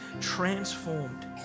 transformed